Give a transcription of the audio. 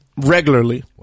regularly